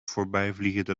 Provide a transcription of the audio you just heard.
voorbijvliegende